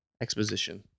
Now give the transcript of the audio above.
exposition